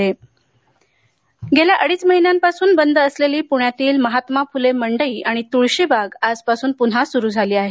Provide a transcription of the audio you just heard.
तुळशीबाग गेल्या अडीच महिन्यांपासून बंद असलेली पूण्यातील महात्मा फुले मंडई आणि तूळशीबाग आजपासून पून्हा एकदा सुरू झाली आहे